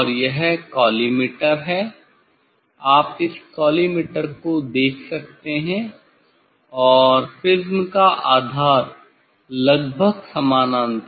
यह कॉलीमटोर है आप इस कॉलीमटोर को देख सकते हैं और प्रिज़्म का आधार लगभग समानांतर है